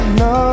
no